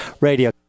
Radio